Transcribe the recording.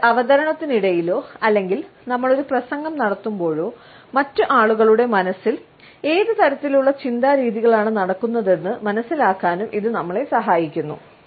ഒരു അവതരണത്തിനിടയിലോ അല്ലെങ്കിൽ നമ്മൾ ഒരു പ്രസംഗം നടത്തുമ്പോഴോ മറ്റ് ആളുകളുടെ മനസ്സിൽ ഏത് തരത്തിലുള്ള ചിന്താ രീതികളാണ് നടക്കുന്നതെന്ന് മനസിലാക്കാനും ഇത് നമ്മളെ സഹായിക്കുന്നു